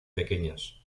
pequeñas